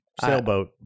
sailboat